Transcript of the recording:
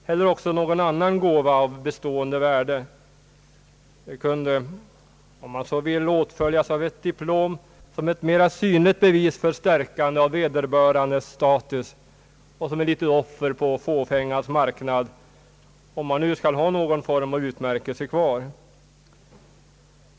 Detta kunde ju kompletteras med ett diplom som ett mera synligt bevis på stärkandet av vederbörandes status och som ett litet offer på fåfängans altare, om man nu skall ha någon form av utmärkelse kvar.